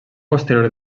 posterior